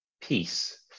Peace